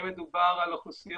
אחרונת הדוברים אלא אם כן יש מישהו